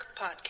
podcast